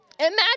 Imagine